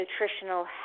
nutritional